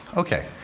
ok,